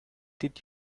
did